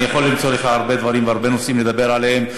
אני יכול למצוא לך הרבה דברים והרבה נושאים לדבר עליהם,